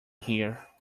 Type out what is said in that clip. here